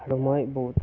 আৰু মই বহুত